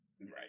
Right